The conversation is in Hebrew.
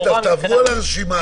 תעברו על הרשימה.